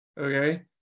okay